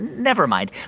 never mind.